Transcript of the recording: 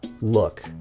look